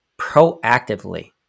proactively